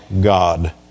god